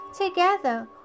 Together